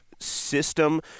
system